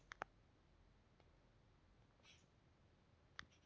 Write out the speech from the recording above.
Bank ಶುಲ್ಕವನ್ನ ಯಾಕ್ ವಿಧಿಸ್ಸ್ತದ?